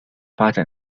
发展